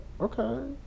okay